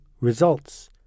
results